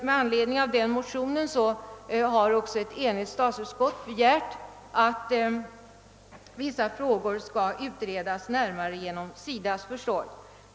Med anledning av den motionen har också ett enigt statsutskott begärt, att vissa frågor skall utredas närmare genom SIDA:s försorg.